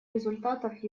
результатов